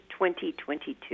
2022